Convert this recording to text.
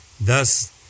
Thus